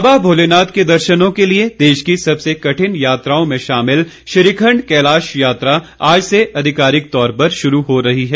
बाबा भोलेनाथ के दर्शनों के लिए देश की सबसे कठिन यात्राओं में शामिल श्रीखंड कैलाश यात्रा आज से अधिकारिक तौर पर शुरू हो रही है